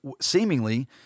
seemingly